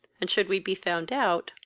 and, should we be found out,